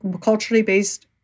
culturally-based